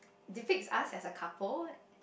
they take us as a couple